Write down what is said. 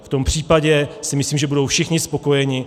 V tom případě si myslím, že budou všichni spokojeni.